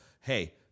hey